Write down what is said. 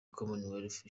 commonwealth